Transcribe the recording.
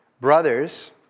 brothers